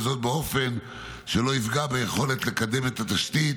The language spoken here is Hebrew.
וזאת באופן שלא יפגע ביכולת לקדם את התשתית